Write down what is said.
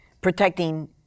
protecting